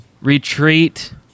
retreat